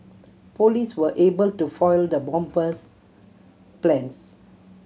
police were able to foil the bomber's plans